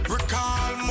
Recall